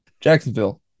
Jacksonville